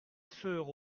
soeur